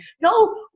No